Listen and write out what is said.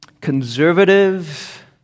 conservative